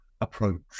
approach